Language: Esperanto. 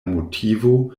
motivo